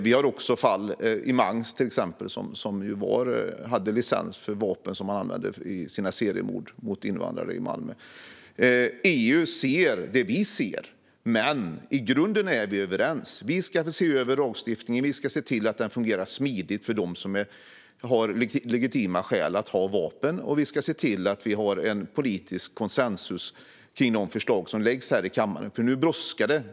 Vi har också fallet Mangs, till exempel, som ju hade licens för de vapen han använde vid sina seriemord på invandrare i Malmö. EU ser det vi ser, men i grunden är vi överens. Vi ska se över lagstiftningen, och vi ska se till att den fungerar smidigt för dem som har legitima skäl att ha vapen. Vi ska se till att vi har en politisk konsensus kring de förslag som läggs fram här i kammaren, för nu brådskar det.